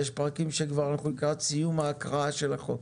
יש פרקים אנחנו כבר לקראת סיום ההקראה של החוק.